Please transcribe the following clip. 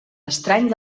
estrany